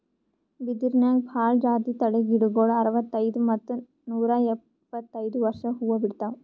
ಬಿದಿರ್ನ್ಯಾಗ್ ಭಾಳ್ ಜಾತಿ ತಳಿ ಗಿಡಗೋಳು ಅರವತ್ತೈದ್ ಮತ್ತ್ ನೂರ್ ಇಪ್ಪತ್ತೈದು ವರ್ಷ್ಕ್ ಹೂವಾ ಬಿಡ್ತಾವ್